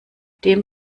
dem